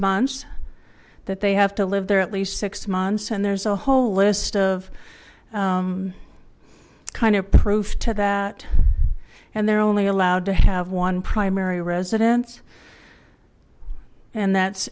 months that they have to live there at least six months and there's a whole list of kind of proof to that and they're only allowed to have one primary residence and that's